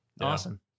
awesome